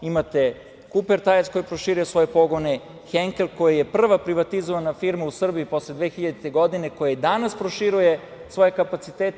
Imate „Kuper tajer“ koji je proširio svoje pogone, „Henkel“ koji je prva privatizovana firma u Srbiji posle 2000. godine, koja i danas proširuje svoje kapacitete.